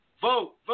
Vote